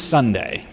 Sunday